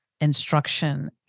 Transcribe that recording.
instruction